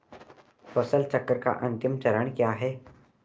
फसल चक्र का अंतिम चरण क्या है?